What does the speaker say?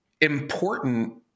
important